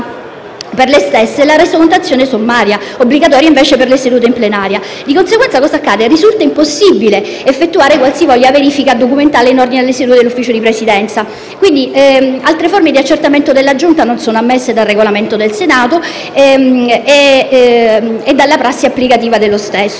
per le stesse la resocontazione sommaria, obbligatoria invece per le sedute in sede plenaria. Di conseguenza, risulta impossibile effettuare qualsivoglia verifica documentale in ordine alle sedute dell'Ufficio di Presidenza. Altre forme di accertamento da parte della Giunta non sono ammesse dal Regolamento del Senato e dalla prassi applicativa dello stesso,